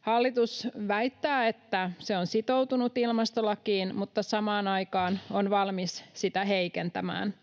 Hallitus väittää, että se on sitoutunut ilmastolakiin, mutta samaan aikaan se on valmis sitä heikentämään.